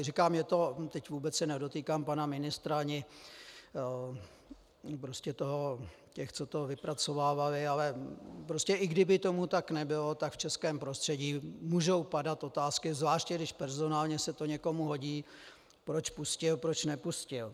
Říkám, je to, teď se vůbec nedotýkám pana ministra ani prostě těch, co to vypracovávali, ale prostě i kdyby tomu tak nebylo, tak v českém prostředí mohou padat otázky, zvláště když personálně se to někomu hodí, proč pustil, proč nepustil.